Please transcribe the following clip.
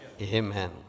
Amen